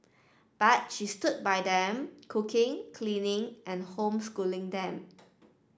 but she stood by them cooking cleaning and homeschooling them